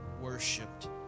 worshipped